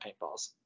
paintballs